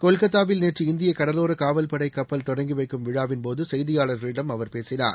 கொல்கத்தாவில் நேற்று இந்திய கடலோர காவல்படை கப்பல் தொடங்கி வைக்கும் விழாவின்போது செய்தியாளர்களிடம்அவர் பேசினார்